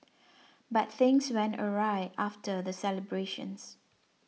but things went awry after the celebrations